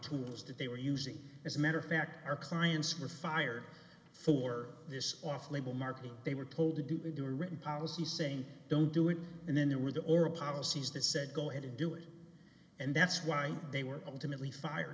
tools that they were using as a matter of fact our clients were fired for this off label marketing they were told to do a do or written policy saying don't do it and then there were the oral policies that said go ahead and do it and that's why they were ultimately fired